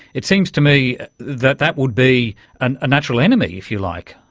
it seems to me that that would be and a natural enemy, if you like,